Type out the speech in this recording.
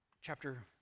Chapter